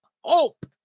hope